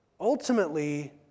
Ultimately